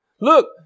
Look